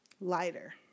Lighter